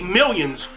millions